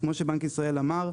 כמו שבנק ישראל אמר,